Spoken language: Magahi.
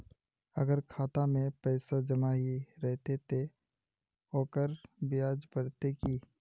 अगर खाता में पैसा जमा ही रहते ते ओकर ब्याज बढ़ते की?